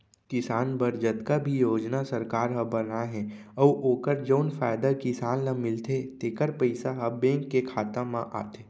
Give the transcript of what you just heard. किसान बर जतका भी योजना सरकार ह बनाए हे अउ ओकर जउन फायदा किसान ल मिलथे तेकर पइसा ह बेंक के खाता म आथे